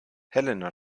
helena